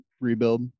rebuild